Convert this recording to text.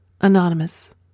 Anonymous